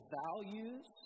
values